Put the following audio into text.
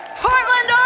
portland,